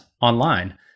online